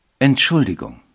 Entschuldigung